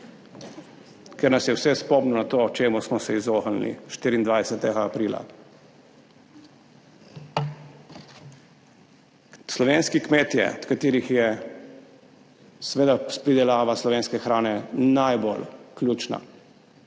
ker nas je vse spomnil na to, čemu smo se izognili 24. aprila. Slovenski kmetje, od katerih je seveda pridelava slovenske hrane najbolj ključna,